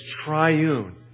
triune